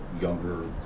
younger